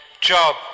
job